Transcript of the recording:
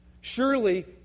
surely